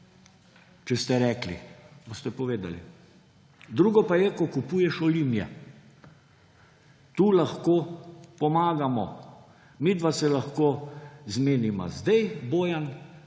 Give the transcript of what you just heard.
če ste rekli, boste povedali. Drugo pa je, ko kupuješ Olimio. »Tu lahko pomagamo, midva se lahko zmeniva zdaj, Bojan,